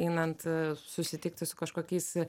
einant susitikti su kažkokiais